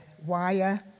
wire